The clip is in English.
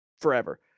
forever